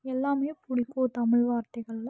எல்லாமே பிடிக்கும் தமிழ் வார்த்தைகளில்